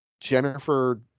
Jennifer